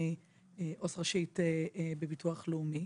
עו״ס ראשית בביטוח לאומי.